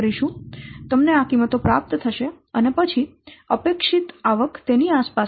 તેથી આ તમને આ કિંમતો પ્રાપ્ત થશે અને પછી અપેક્ષિત આવક તેની આજુબાજુ હશે